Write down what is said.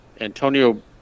Antonio